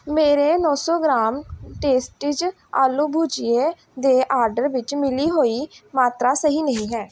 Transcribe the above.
ਮੇਰੇ ਨੌਂ ਸੌ ਗ੍ਰਾਮ ਟੇਸਟਿਜ਼ ਆਲੂ ਭੁਜੀਆ ਦੇ ਆਰਡਰ ਵਿੱਚ ਮਿਲੀ ਹੋਈ ਮਾਤਰਾ ਸਹੀ ਨਹੀਂ ਹੈ